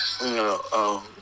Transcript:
No